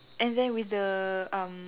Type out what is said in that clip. and then with the um